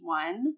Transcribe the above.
one